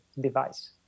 device